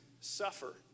suffer